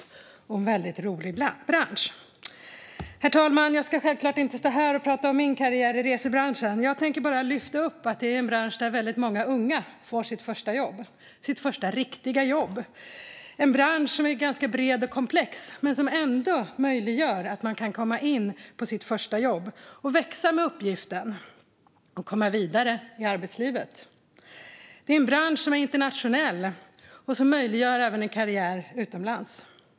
Det var en väldigt rolig bransch. Herr talman! Det är självklart inte min karriär i resebranschen jag ska tala om. Jag vill bara lyfta fram att det är en bransch där många unga får det första jobbet, det första riktiga jobbet. Det är en bransch som är ganska bred och komplex men som ändå gör det möjligt att komma in på det första jobbet, växa med uppgiften och komma vidare i arbetslivet. Det är en bransch som är internationell och som även gör det möjligt att få en karriär utomlands.